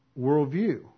worldview